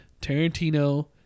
Tarantino